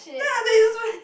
then after that you just